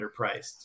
underpriced